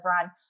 run